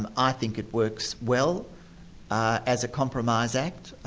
and i think it works well as a compromise act,